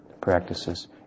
practices